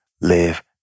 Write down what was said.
live